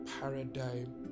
paradigm